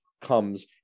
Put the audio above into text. comes